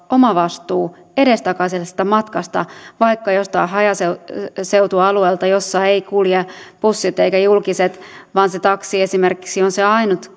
omavastuu edestakaisesta matkasta vaikka jostain hajaseutualueelta jossa eivät kulje bussit eivätkä julkiset vaan se taksi esimerkiksi on se ainut